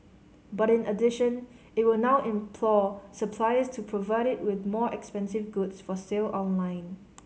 but in addition it will now implore suppliers to provide it with more expensive goods for sale online